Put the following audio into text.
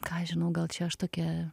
ką aš žinau gal čia aš tokia